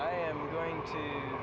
i am going to